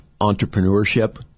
entrepreneurship